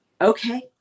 Okay